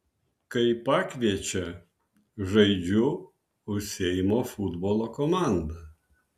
kai pakviečia žaidžiu už seimo futbolo komandą